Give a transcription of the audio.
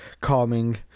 calming